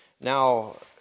Now